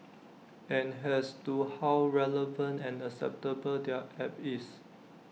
and has to how relevant and acceptable their app is